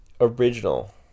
original